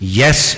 yes